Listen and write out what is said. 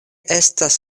estas